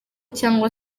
cyangwa